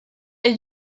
est